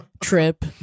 Trip